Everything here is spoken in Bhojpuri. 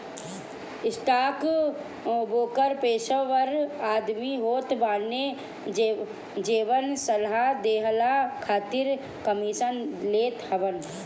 स्टॉकब्रोकर पेशेवर आदमी होत बाने जवन सलाह देहला खातिर कमीशन लेत हवन